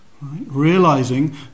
realizing